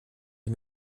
sie